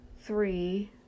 three